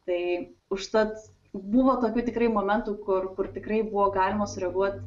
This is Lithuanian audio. tai užtat buvo tokių tikrai momentų kur kur tikrai buvo galima sureaguot